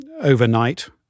overnight